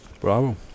Bravo